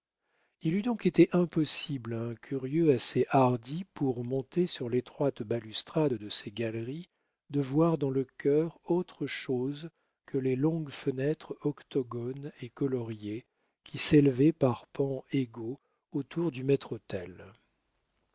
il eût donc été impossible à un curieux assez hardi pour monter sur l'étroite balustrade de ces galeries de voir dans le chœur autre chose que les longues fenêtres octogones et coloriées qui s'élevaient par pans égaux autour du